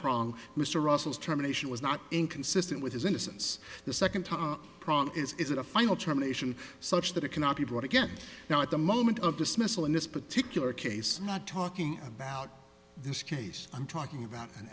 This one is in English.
prong mr russell's terminations was not inconsistent with his innocence the second time problem is a final germination such that it cannot be brought again now at the moment of dismissal in this particular case not talking about this case i'm talking about an